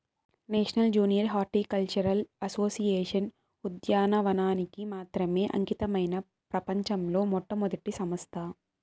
national junior horticultural association ఉద్యానవనానికి మాత్రమే అంకితమైన ప్రపంచంలో మొట్టమొదటి సంస్థ